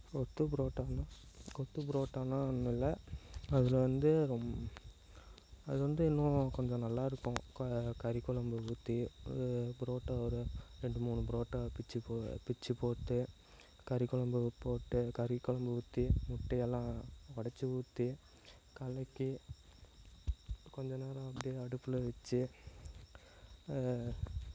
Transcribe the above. கொத்து புரோட்டான்னால் கொத்து புரோட்டான்னால் ஒன்றும் இல்லை அதில் வந்து ரொம் அது வந்து இன்னும் கொஞ்சம் நல்லாயிருக்கும் க கறி குழம்ப ஊற்றி அது புரோட்டா ஒரு ரெண்டு மூணு புரோட்டாவை பிச்சு போ பிச்சு போட்டு கறி குழம்பு போட்டு கறி குழம்ப ஊற்றி முட்டை எல்லாம் உடச்சி ஊற்றி கலக்கி கொஞ்சம் நேரம் அப்படியே அடுப்பில் வெச்சு